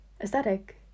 aesthetic